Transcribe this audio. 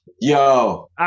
Yo